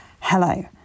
Hello